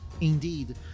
Indeed